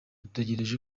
dutegereje